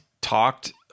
talked